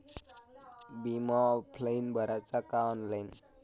बिमा ऑफलाईन भराचा का ऑनलाईन?